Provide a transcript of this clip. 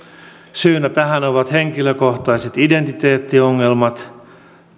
syynä tähän ovat henkilökohtaiset identiteettiongelmat